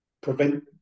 prevent